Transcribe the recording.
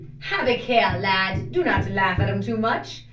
have a care, lad do not laugh at em too much.